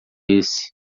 esse